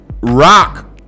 rock